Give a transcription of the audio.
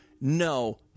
no